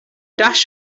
dash